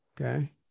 Okay